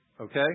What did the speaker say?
Okay